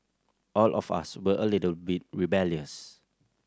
all of us were a little bit rebellious